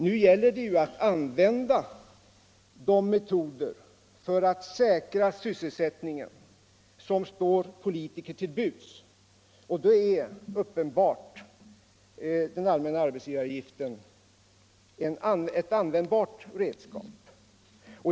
Nu gäller det att använda de metoder för att säkra sysselsättningen som står politiker till buds. Då är uppenbarligen den allmänna arbetsgivaravgiften ett användbart redskap.